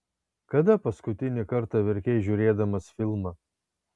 kada paskutinį kartą verkei žiūrėdamas filmą